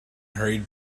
hurried